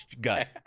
gut